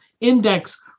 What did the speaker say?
index